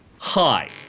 Hi